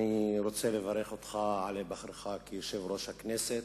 אני רוצה לברך אותך על היבחרך ליושב-ראש הכנסת.